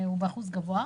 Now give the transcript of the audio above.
הוא באחוז גבוה.